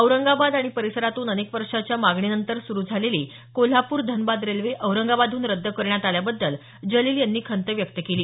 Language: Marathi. औरंगाबाद आणि परिसरातून अनेक वर्षाँच्या मागणीनंतर सुरू झालेली कोल्हापूर धनबाद रेल्वे औरंगाबादहून रद्द करण्यात आल्याबद्दल जलील यांनी खंत व्यक्त केली